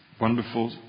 wonderful